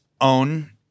own